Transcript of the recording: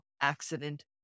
accident